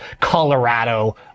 Colorado